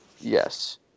Yes